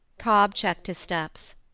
cobb checked his steps.